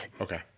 Okay